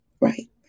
right